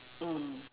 mm